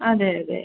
അതെ അതെ